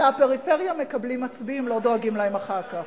מהפריפריה מקבלים מצביעים, לא דואגים להם אחר כך,